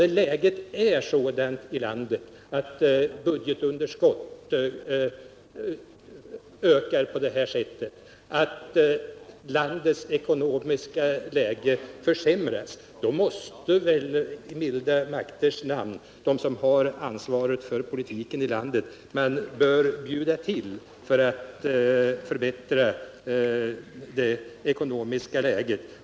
När läget är sådant i landet att budgetunderskottet ökar på det sätt som skett och landets ekonomiska läge försämras så, då måste väl i milda makters namn alla som har ansvar för politiken i landet bjuda till för att förbättra det statsfinansiella läget.